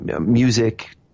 music